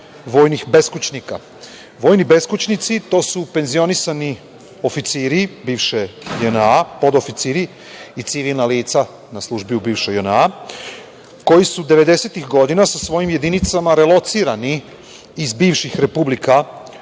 vojnih beskućnika. Vojni beskućnici su penzionisani oficiri bivše JNA, podoficiri i civilna lica na službi u bivšoj JNA koji su 90-ih godina sa svojim jedinicama relocirani iz bivših republika